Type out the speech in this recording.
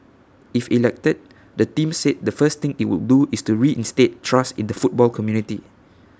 if elected the team said the first thing IT would do is work to reinstate trust in the football community